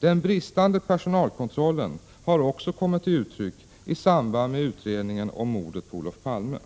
Den bristande personalkontrollen har också kommit till uttryck i samband med utredningen om mordet på Olof Palme.